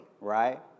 right